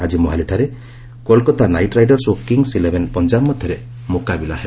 ଆଜି ମୋହାଲିଠାରେ Kolkata knight riders ଓ କିଙ୍ଗସ୍ ଇଲେଭେନ୍ ପଞ୍ଜାବ ମଧ୍ୟରେ ମୁକାବିଲା ହେବ